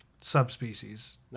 subspecies